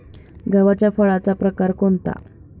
गव्हाच्या फळाचा प्रकार कोणता?